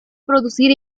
producir